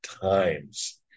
times